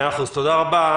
מאה אחוז, תודה רבה.